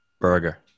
Burger